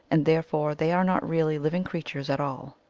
and therefore they are not really liv ing creatures at all.